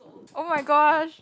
oh-my-gosh